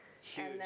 Huge